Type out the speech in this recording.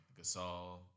Gasol